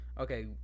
okay